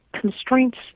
constraints